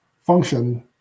function